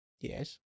Yes